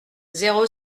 zéro